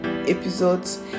episodes